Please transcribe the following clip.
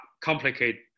complicate